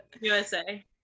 USA